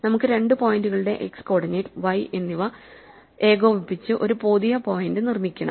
നമുക്ക് രണ്ട് പോയിന്റുകളുടെ x കോർഡിനേറ്റ് y എന്നിവ ഏകോപിപ്പിച്ച് ഒരു പുതിയ പോയിന്റ് നിർമ്മിക്കണം